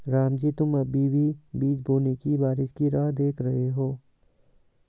रामजी तुम अभी भी बीज बोने के लिए बारिश की राह देख रहे हो?